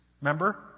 Remember